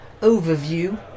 overview